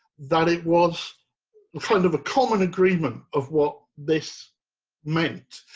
that it was kind of a common agreement of what this meant.